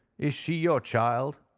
is she your child?